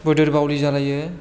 बोदोरबावलि जालायो